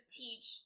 teach